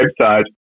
website